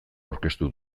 aurkeztu